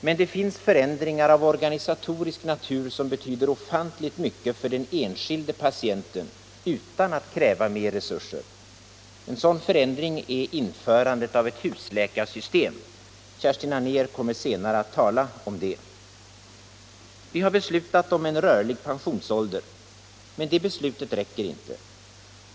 Men det finns förändringar av organisatorisk natur som betyder ofantligt mycket för den enskilde patienten utan att kräva mer resurser. En sådan förändring är införandet av ett husläkarsystem. Kerstin Anér kommer senare att tala om det. Vi har beslutat om rörlig pensionsålder. Men det beslutet räcker inte.